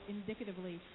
Indicatively